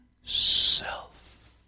Self